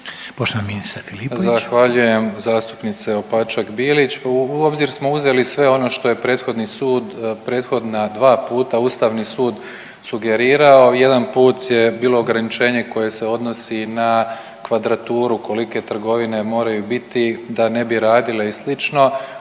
Davor (HDZ)** Zahvaljujem zastupnice Opačak Bilić. Pa u obzir smo uzeli sve ono što je prethodni sud, prethodna dva puta Ustavni sud sugerirao. Jedan put je bilo ograničenje koje se odnosi na kvadraturu kolike trgovine moraju biti da ne bi radile i sl.,